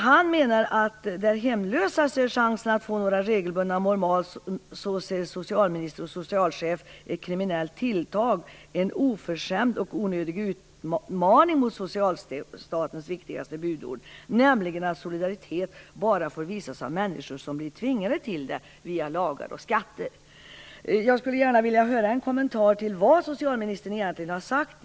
Han menade att där hemlösa ser chansen att få några regelbundna mål mat, ser socialministern och socialchefen "ett kriminellt tilltag, en oförskämd och onödig utmaning mot socialstatens viktigaste budord, nämligen att solidaritet bara får visas av människor som blir tvingade till det, via lagar och skatter". Jag skulle gärna vilja ha en kommentar på vad socialministern egentligen har sagt.